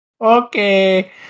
Okay